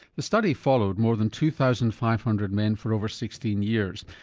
the study followed more than two thousand five hundred men for over sixteen years,